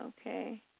okay